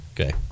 okay